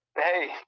Hey